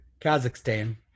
Kazakhstan